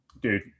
dude